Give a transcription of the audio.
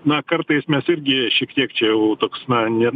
na kartais mes irgi šiek tiek čia jau toks na ne